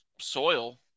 soil